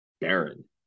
Baron